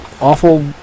awful